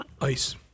ice